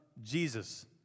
Jesus